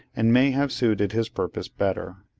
and may have suited his purpose better.